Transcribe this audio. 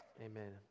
Amen